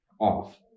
off